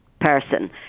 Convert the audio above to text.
person